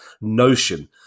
Notion